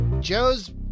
Joe's